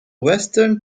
western